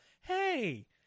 Hey